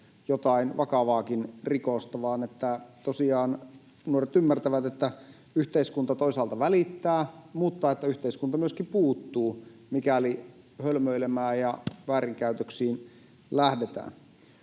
jotain vakavaakin rikosta, niin että nuoret tosiaan ymmärtävät, että yhteiskunta toisaalta välittää mutta että yhteiskunta myöskin puuttuu, mikäli hölmöilemään ja väärinkäytöksiin lähdetään.